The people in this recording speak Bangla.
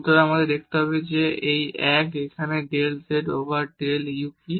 সুতরাং আমাদের দেখতে হবে এই 1 এখানে del z over del u কি